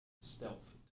stealth